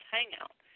Hangout